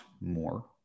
more